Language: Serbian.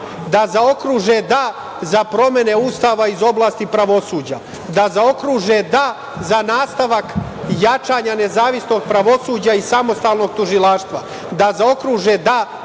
da zaokruže da za promene Ustava iz oblasti pravosuđa, da zaokruže da za nastavak jačanja nezavisnog pravosuđa i samostalnog tužilaštva, da zaokruže da